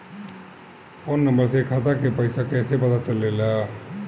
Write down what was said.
Phone number से खाता के पइसा कईसे पता चलेला?